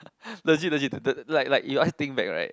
legit legit the the like like you ask think back right